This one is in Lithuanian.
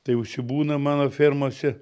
tai užsibūna mano fermose